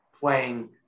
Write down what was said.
playing